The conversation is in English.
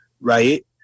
right